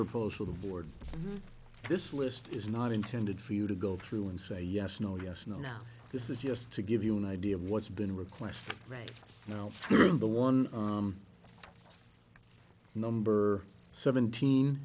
propose for the board this list is not intended for you to go through and say yes no yes no no this is just to give you an idea of what's been requested right now the one number seventeen